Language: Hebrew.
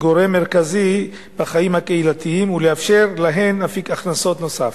כגורם מרכזי בחיים הקהילתיים ולאפשר להן אפיק הכנסות נוסף.